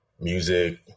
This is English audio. music